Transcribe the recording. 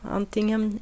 antingen